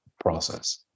process